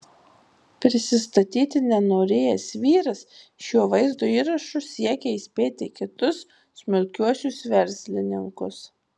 prisistatyti nenorėjęs vyras šiuo vaizdo įrašu siekia įspėti kitus smulkiuosius verslininkus